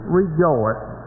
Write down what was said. rejoice